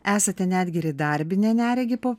esate netgi ir įdarbinę neregį po